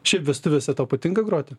šiaip vestuvėse tau patinka groti